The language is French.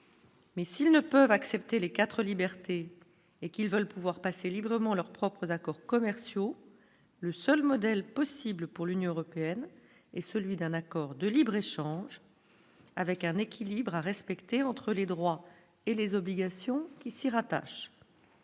Mais s'ils ne peuvent accepter les quatre libertés et qu'ils veulent pouvoir passer librement leurs propres accords commerciaux, le seul modèle possible pour l'Union européenne et celui d'un accord de libre-échange avec un équilibre à respecter entre les droits et les obligations qui s'y rattachent,